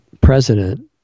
President